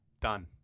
Done